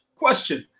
question